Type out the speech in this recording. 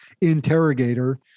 interrogator